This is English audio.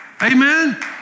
Amen